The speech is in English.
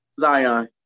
Zion